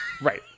Right